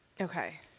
Okay